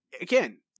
Again